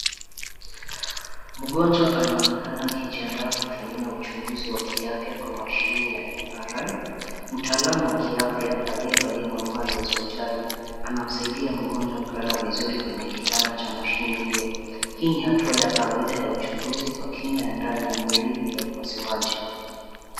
Mgonjwa anaonekana akijiandaa kufanyiwa uchunguzi wa kiafya kwenye mashini ya MRI. Mtaalamu wa kiafya aliyevalia mavazi ya hospitali anamsaidia mgonjwa kulala vizuri kwenye kitanda cha mashini hiyo. Hii ni hatua ya kawaida ya uchunguzi wa kina ya ndani ya mwili bila upasuaji.